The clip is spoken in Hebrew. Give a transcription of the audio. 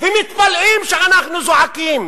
ומתפלאים שאנחנו זועקים.